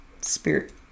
Spirit